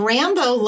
Rambo